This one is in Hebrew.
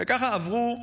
וככה עברו,